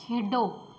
ਖੇਡੋ